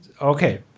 Okay